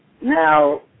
now